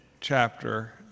chapter